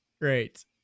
great